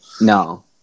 No